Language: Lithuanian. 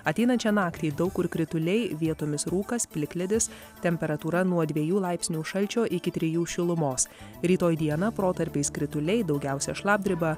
ateinančią naktį daug kur krituliai vietomis rūkas plikledis temperatūra nuo dviejų laipsnių šalčio iki trijų šilumos rytoj dieną protarpiais krituliai daugiausia šlapdriba